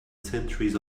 centuries